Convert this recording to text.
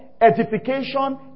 Edification